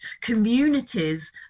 communities